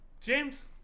James